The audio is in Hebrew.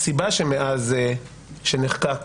הסיבה שמאז שנחקק